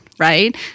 right